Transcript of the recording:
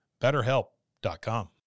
BetterHelp.com